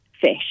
fish